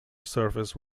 surface